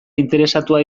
interesatua